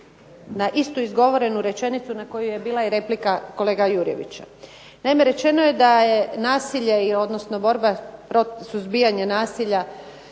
na istu izgovorenu rečenicu na koju je bila i replika kolege Jurjevića. Naime, rečeno je da je nasilje, odnosno borba protiv, suzbijanje nasilja